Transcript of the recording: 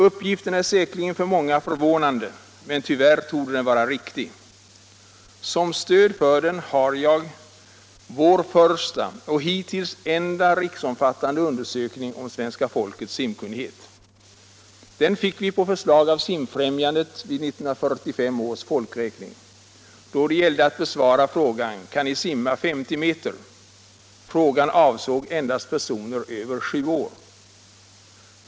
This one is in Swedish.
Uppgiften är säkerligen för många förvånande, men tyvärr torde den vara riktig. Som stöd för den har jag vår första och hittills enda riksomfattande undersökning av svenska folkets simkunnighet. Den fick vi på förslag av Simfrämjandet vid 1945 års folkräkning, då det gällde att besvara frågan: Kan ni simma 50 meter? Frågan avsåg endast personer över 7 år.